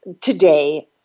today